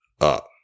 up